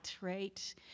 right